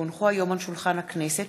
כי הונחו היום על שולחן הכנסת,